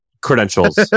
credentials